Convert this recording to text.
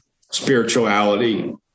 spirituality